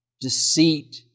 deceit